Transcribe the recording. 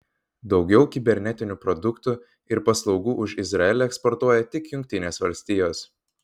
daugiau kibernetinių produktų ir paslaugų už izraelį eksportuoja tik jungtinės valstijos